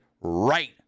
right